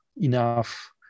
enough